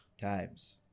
times